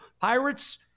Pirates